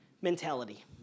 mentality